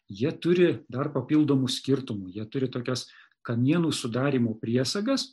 jie turi dar papildomų skirtumų jie turi tokias kamienų sudarymo priesagas